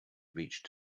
reached